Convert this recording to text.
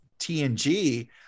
TNG